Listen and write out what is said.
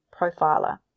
profiler